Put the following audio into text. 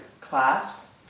clasp